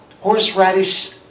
Horseradish